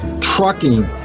trucking